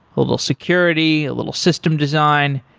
a little security, a little system design.